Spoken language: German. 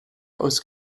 aus